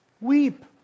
weep